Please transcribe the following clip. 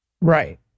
Right